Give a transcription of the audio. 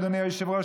אדוני היושב-ראש,